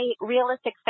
realistic